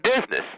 business